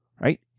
right